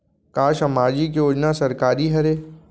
का सामाजिक योजना सरकारी हरे?